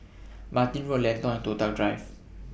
Martin Road Lentor and Toh Tuck Drive